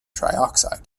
trioxide